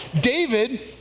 David